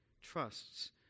trusts